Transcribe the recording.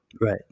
Right